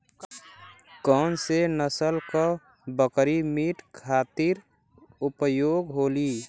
कौन से नसल क बकरी मीट खातिर उपयोग होली?